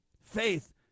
faith